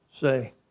say